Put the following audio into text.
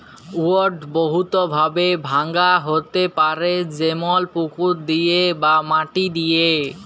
weed বহুত ভাবে ভাঙা হ্যতে পারে যেমল পুকুর দিয়ে বা মাটি দিয়ে